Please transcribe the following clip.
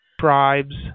tribes